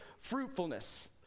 fruitfulness